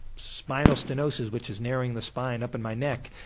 spinal stenosis, which is narrowing the spine up in my neck',